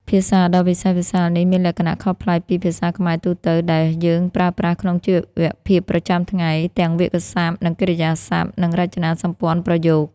ភាសាដ៏វិសេសវិសាលនេះមានលក្ខណៈខុសប្លែកពីភាសាខ្មែរទូទៅ ដែលយើងប្រើប្រាស់ក្នុងជីវភាពប្រចាំថ្ងៃ ទាំងវាក្យសព្ទ កិរិយាសព្ទ និងរចនាសម្ព័ន្ធប្រយោគ។